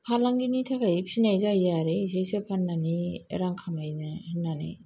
फालांगिनि थाखाइ फिनाय जायो आरो एसेसो फाननानै रां खामायनो होननानै